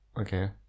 Okay